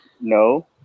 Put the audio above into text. No